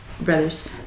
brothers